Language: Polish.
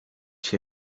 się